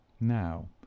Now